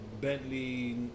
Bentley